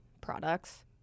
products